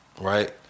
right